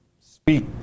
speak